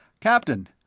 captain,